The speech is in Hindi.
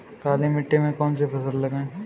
काली मिट्टी में कौन सी फसल लगाएँ?